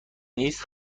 نیست